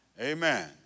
Amen